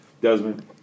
Desmond